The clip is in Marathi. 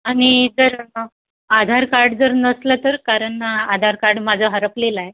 आणि जर आधार कार्ड जर नसलं तर कारण आधार कार्ड माझं हरपलेलं आहे